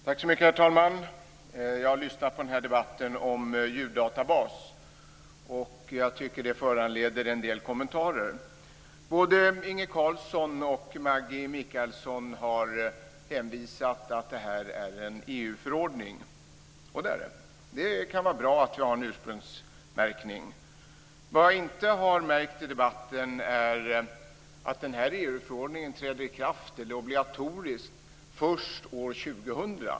Herr talman! Jag har lyssnat på debatten om en djurdatabas, och jag tycker att den föranleder en del kommentarer. Både Inge Carlsson och Maggi Mikaelsson har hänvisat till att det här är fråga om en EU-förordning, och det är det. Det kan vara bra att vi har en ursprungsmärkning. Vad som inte har märkts i debatten är att denna EU-förordning inte träder i kraft obligatoriskt förrän år 2000.